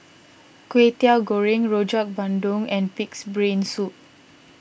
Kway Teow Goreng Rojak Bandung and Pig's Brain Soup